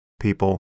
people